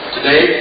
Today